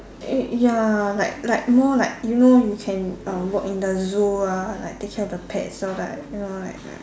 eh ya like like more like you know you can uh work in the zoo ah like take care of the pets so like you know like